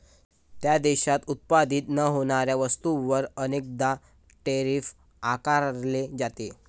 त्या देशात उत्पादित न होणाऱ्या वस्तूंवर अनेकदा टैरिफ आकारले जाते